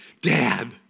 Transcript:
Dad